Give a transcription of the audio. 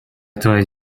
твоя